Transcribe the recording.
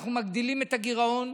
אנחנו מגדילים את הגירעון.